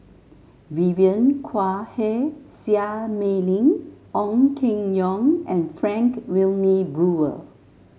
Vivien Quahe Seah Mei Lin Ong Keng Yong and Frank Wilmin Brewer